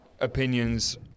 opinions